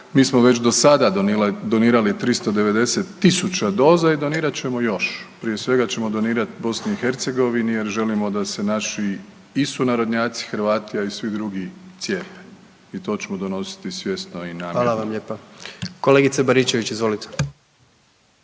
mi smo već do sada donirali 390.000 doza i donirat ćemo još, prije svega ćemo donirat BiH jer želimo da se naši i sunarodnjaci Hrvati, a i svi drugi cijepe i to ćemo donositi svjesno i namjerno. **Jandroković, Gordan (HDZ)** Hvala vam lijepa. Kolegice Baričević, izvolite.